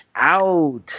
out